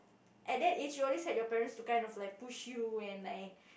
at that age you always have your parents to kinda like push you and like